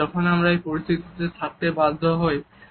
যেমন যখন আমরা এই পরিস্থিতিতে থাকতে বাধ্য হই